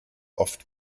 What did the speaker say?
oft